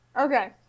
Okay